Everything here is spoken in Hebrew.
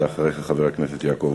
אחריך חבר הכנסת יעקב,